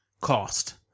cost